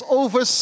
over